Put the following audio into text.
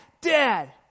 dad